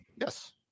yes